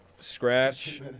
Scratch